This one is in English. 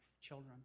children